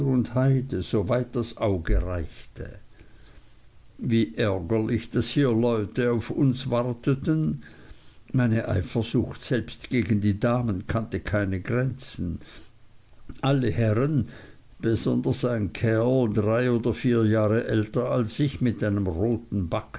und heide soweit das auge reichte wie ärgerlich daß hier leute auf uns warteten meine eifersucht selbst gegen die damen kannte keine grenzen alle herren besonders ein kerl drei oder vier jahre älter als ich mit einem roten backenbart